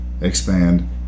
expand